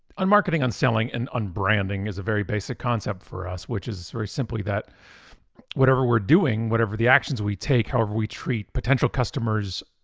unmarketing, unselling and unbranding is a very basic concept for us which is very simply that whatever we're doing, whatever the actions we take however we treat potential customers,